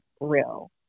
real